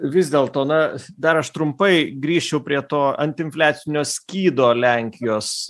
vis dėlto na dar aš trumpai grįšiu prie to antiinfliacinio skydo lenkijos